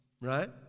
Right